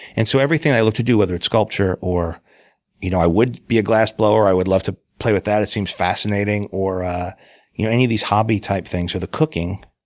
and so everything i look to do, whether it's sculpture or you know i would be a glass blower. i would love to play with that. it seems fascinating. or you know any of these hobby type things, or the cooking,